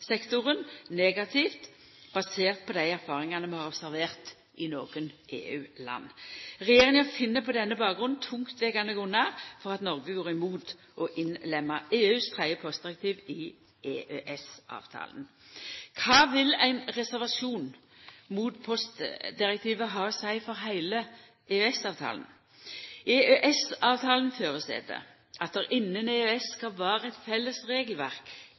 negativt basert på dei erfaringane vi har observert i nokre EU-land. Regjeringa finn på denne bakgrunnen tungtvegande grunnar for at Noreg går imot å innlemma EU sitt tredje postdirektiv i EØS-avtalen. Kva vil ein reservasjon mot postdirektivet ha å seia for heile EØS-avtalen? EØS-avtalen føreset at det innan EØS skal vera eit felles regelverk